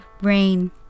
Rain